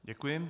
Děkuji.